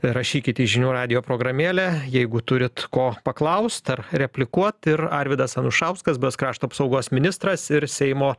rašykit į žinių radijo programėlę jeigu turit ko paklaust ar replikuot ir arvydas anušauskas buvęs krašto apsaugos ministras ir seimo